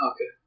Okay